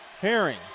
Herring